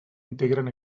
integren